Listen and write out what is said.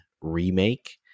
remake